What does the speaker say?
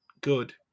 good